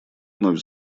вновь